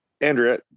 Andrea